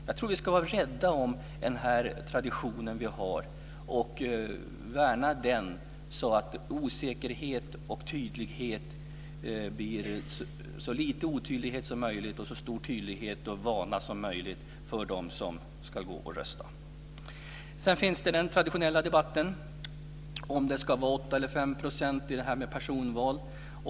Jag tror att vi ska vara rädda om den tradition som vi har och värna om den så att det blir så lite otydlighet som möjligt och så stor tydlighet och vana som möjligt för dem som ska gå och rösta. Sedan har vi den traditionella debatten om det är 5 % eller 8 % som ska gälla vid personval.